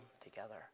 together